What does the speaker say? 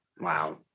Wow